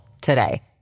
today